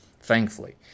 thankfully